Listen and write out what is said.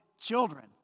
children